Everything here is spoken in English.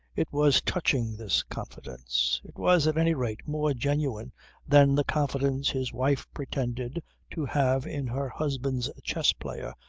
it was touching, this confidence. it was at any rate more genuine than the confidence his wife pretended to have in her husband's chess-player,